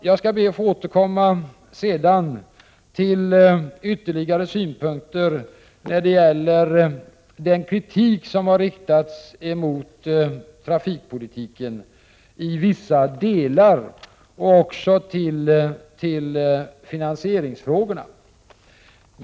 Jag skall be att få återkomma med ytterligare synpunkter när det gäller den kritik som har riktats mot vissa delar av trafikpolitiken, liksom också till finansieringsfrågorna.